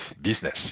business